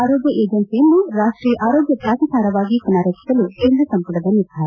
ಆರೋಗ್ಯ ಏಜೆನ್ನಿಯನ್ನು ರಾಷ್ಟೀಯ ಆರೋಗ್ಯ ಪ್ರಾಧಿಕಾರವಾಗಿ ಪುನಾರಚಿಸಲು ಕೇಂದ್ರ ಸಂಪುಟದ ನಿರ್ಧಾರ